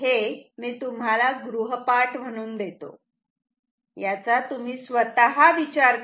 हे मी तुम्हाला गृहपाठ म्हणून देतो याचा तुम्ही स्वतः विचार करा